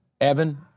Evan